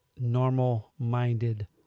normal-minded